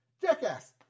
Jackass